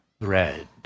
red